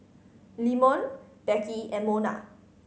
Leamon Beckie and Mona